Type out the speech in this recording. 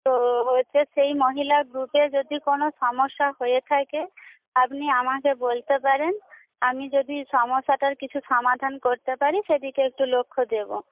তো হচ্ছে সেই মহিলা গ্রুপে যদি কোন সমস্যা হয়ে থাকে আপনি আমাকে বলতে পারেন আমি যদি সমস্যাটার কিছু সমাধান করতে পারি সেদিকে একটু লক্ষ্য দেব